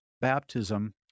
baptism